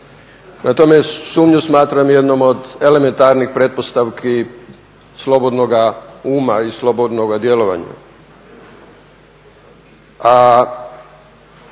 tome, sumnju smatram jednom od elementarnih pretpostavki slobodnoga uma i slobodnoga djelovanja.